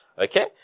Okay